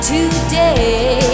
Today